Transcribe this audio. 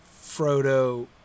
Frodo